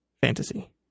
fantasy